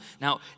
Now